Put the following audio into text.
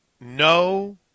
no